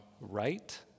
right